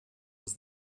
was